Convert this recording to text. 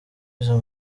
izo